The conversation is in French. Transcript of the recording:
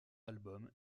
album